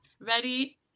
ready